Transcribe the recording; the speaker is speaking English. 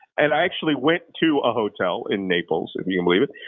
and i actually went to a hotel in naples, if you can believe it,